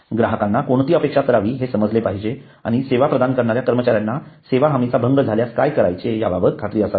ग्राहकांना कोणती अपेक्षा करावी हे समजले पाहिजे आणि सेवा प्रदान करणाऱ्या कर्मचाऱ्यांना सेवा हमीचा भंग झाल्यास काय करायचे याबाबत खात्री असावी